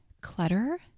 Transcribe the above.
clutter